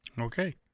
Okay